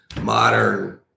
modern